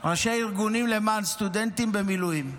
ראשי ארגונים למען סטודנטים במילואים.